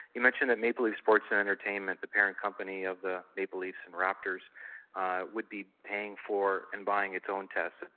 he mentioned that maple leaf sports and entertainment, the parent company of the may police and raptors would be paying for and buying its own tests,